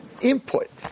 input